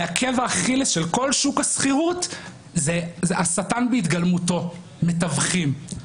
עקב אכילס של כל שוק השכירות זה השטן בהתגלמותו מתווכים.